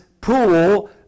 pool